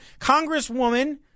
Congresswoman